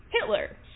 Hitler